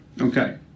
Okay